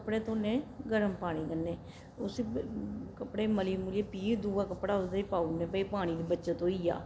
कपड़े धोने गर्म पानी कन्नै उसी कपड़े गी मली मुलियै फ्ही दूआ कपड़ा ओह्दे च पाई ओड़ने भई पानी दी बचत होई जा